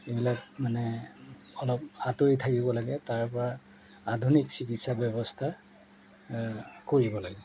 এইবিলাক মানে অলপ আঁতৰি থাকিব লাগে তাৰপৰা আধুনিক চিকিৎসা ব্যৱস্থা কৰিব লাগে